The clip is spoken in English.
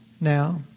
Now